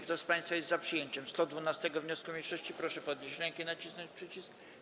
Kto z państwa jest za przyjęciem 126. wniosku mniejszości, proszę podnieść rękę i nacisnąć przycisk.